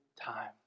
time